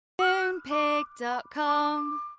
Moonpig.com